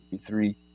three